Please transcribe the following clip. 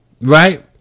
Right